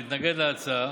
ולהתנגד להצעה,